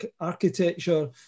architecture